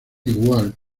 igual